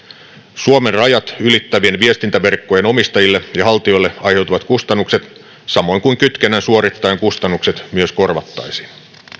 suomen rajat ylittävien viestintäverkkojen omistajille ja haltijoille aiheutuvat kustannukset samoin kuin kytkennän suorittajan kustannukset myös korvattaisiin